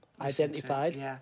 identified